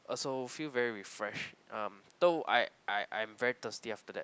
also feel very refreshed um though I I I am very thirty after that